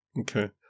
Okay